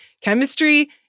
chemistry